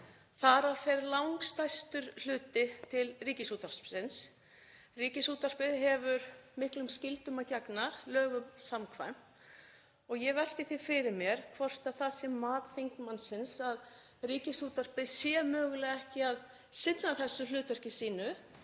þar af fer langstærstur hluti til Ríkisútvarpsins. Ríkisútvarpið hefur miklum skyldum að gegna lögum samkvæmt og ég velti því fyrir mér hvort það sé mat þingmannsins að Ríkisútvarpið sé mögulega ekki að sinna þessu hlutverki sínu